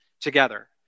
together